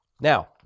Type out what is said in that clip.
Now